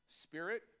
Spirit